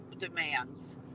demands